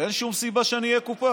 אין שום סיבה שאני אקופח.